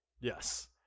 Yes